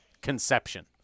conception